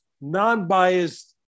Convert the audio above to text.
non-biased